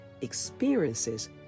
experiences